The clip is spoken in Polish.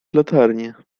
latarnię